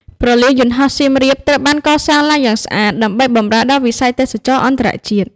ព្រលានយន្តហោះសៀមរាបត្រូវបានកសាងឡើងយ៉ាងស្អាតដើម្បីបម្រើដល់វិស័យទេសចរណ៍អន្តរជាតិ។